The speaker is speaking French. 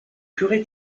curé